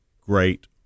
great